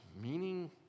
meaning